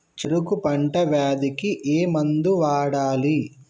చెరుకు పంట వ్యాధి కి ఏ మందు వాడాలి?